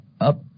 up